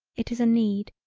it is a need.